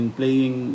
playing